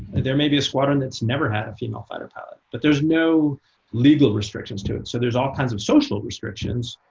there may be a squadron that's never had a female fighter pilot. but there's no legal restrictions to it. so there's all kinds of social restrictions.